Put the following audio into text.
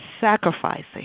sacrificing